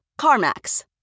CarMax